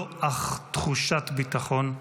לא אך תחושת ביטחון,